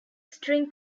string